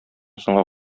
соңга